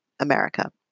America